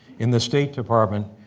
in the state department,